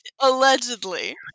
allegedly